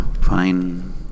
Fine